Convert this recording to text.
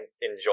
enjoy